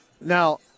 Now